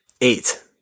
Eight